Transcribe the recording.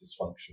dysfunction